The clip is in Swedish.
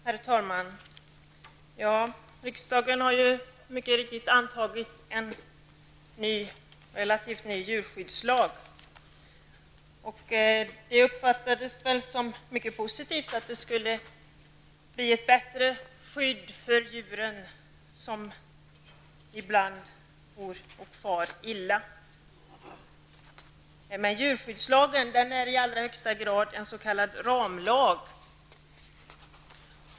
Herr talman! Riksdagen har mycket riktigt antagit en relativt ny djurskyddslag. Det uppfattades som mycket positivt att det skulle bli ett bättre skydd för djuren, som ibland bor och far illa. Djurskyddslagen är i allra högsta grad en s.k. ramlag.